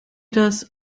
das